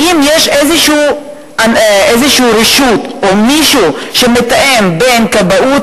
האם יש איזו רשות או מישהו שמתאם בין כבאות,